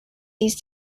these